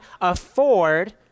afford